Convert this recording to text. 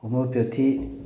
homeopathy